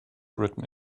written